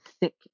thick